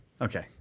Okay